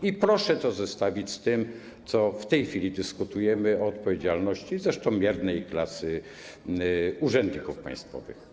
I proszę to zestawić z tym, nad czym w tej chwili dyskutujemy: z odpowiedzialnością - zresztą miernej klasy - urzędników państwowych.